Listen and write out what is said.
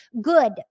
Good